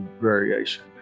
variation